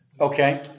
Okay